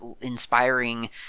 inspiring